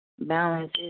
balance